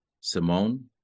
Simone